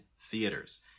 theaters